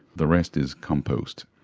the rest is compost.